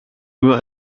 nur